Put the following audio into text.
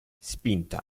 spinta